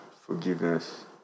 forgiveness